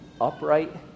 upright